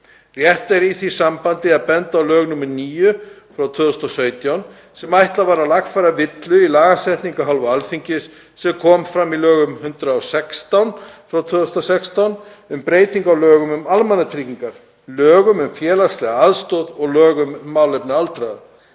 Rétt er í því sambandi að benda á lög nr. 9/2017, sem ætlað var að lagfæra villu í lagasetningu af hálfu Alþingis sem kom fram í lögum nr. 116/2016, um breytingu á lögum um almannatryggingar, lögum um félagslega aðstoð og lögum um málefni aldraðra.